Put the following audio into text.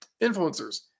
influencers